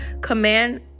command